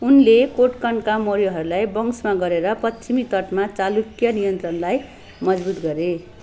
उनले कोटकन्का मौर्यहरूलाई वशमा गरेर पश्चिमी तटमा चालुक्य नियन्त्रणलाई मजबुत गरे